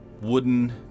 wooden